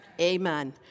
Amen